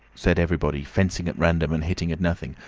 said everybody, fencing at random and hitting at nothing.